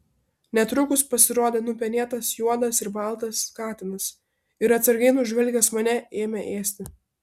netrukus pasirodė nupenėtas juodas ir baltas katinas ir atsargiai nužvelgęs mane ėmė ėsti